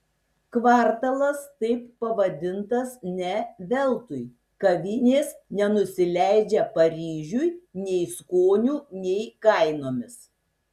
kvartalas taip pavadintas ne veltui kavinės nenusileidžia paryžiui nei skoniu nei kainomis